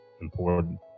important